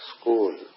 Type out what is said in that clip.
school